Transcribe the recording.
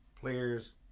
players